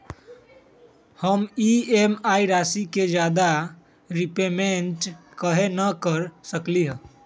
हम ई.एम.आई राशि से ज्यादा रीपेमेंट कहे न कर सकलि ह?